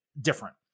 different